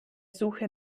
suche